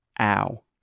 ow